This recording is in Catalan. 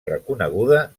reconeguda